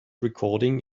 recording